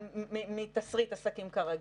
מתסריט עסקים כרגיל,